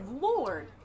lord